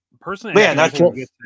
Personally